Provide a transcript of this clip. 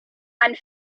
and